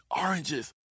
oranges